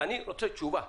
אני רוצה תשובה.